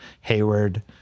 Hayward